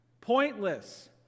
Pointless